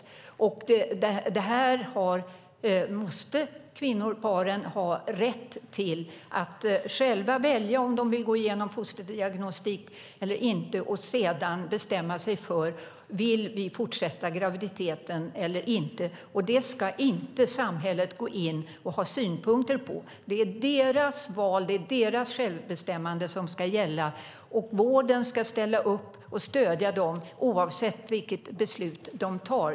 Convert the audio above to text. Kvinnor och par måste själva ha rätt att välja om de vill gå igenom fosterdiagnostik eller inte och sedan bestämma sig för om de vill fortsätta graviditeten eller inte. Det ska inte samhället gå in och ha synpunkter på. Det är deras val. Det är deras självbestämmande som ska gälla. Vården ska ställa upp och stödja dem oavsett vilket beslut de tar.